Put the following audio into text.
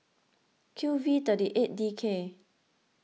Q V thirty eight D K